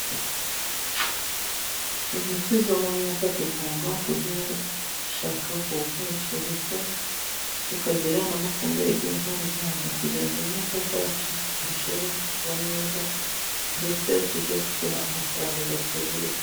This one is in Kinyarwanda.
Imiti yo mu myaka tugomba kuyishaka ku bwinshi, ndetse tukagira n'amafumbire y'imvaruganda, kugira ngo imyaka yacu irusheho kuba myiza, ndetse ijye iduha amafaranga atubutse.